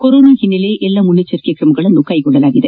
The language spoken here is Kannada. ಕೊರೊನಾ ಹಿನ್ನೆಲೆಯಲ್ಲಿ ಎಲ್ಲಾ ಮುಂಜಾಗೃತಾ ಕ್ರಮಗಳನ್ನು ಕೈಗೊಳ್ಳಲಾಗಿದೆ